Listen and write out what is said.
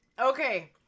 Okay